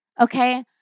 okay